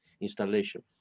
installation